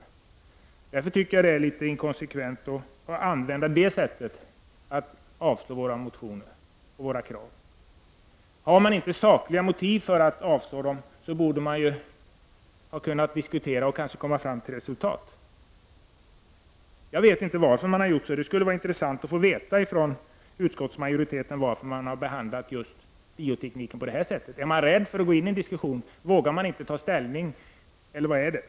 Jag tycker därför att det är litet inkonsekvent att använda den tidigare behandlingen som argument för att avstyrka våra motioner och krav. Har utskottet inte sakliga motiv för att avstyrka motionerna, borde man ha kunnat diskutera och komma fram till resultat. Det skulle vara intressant att veta varför utskottsmajoriteten har behand lat just biotekniken på detta sätt. Är man rädd för att gå in i en diskussion? Vågar man inte ta ställning, eller vad beror det på?